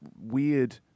weird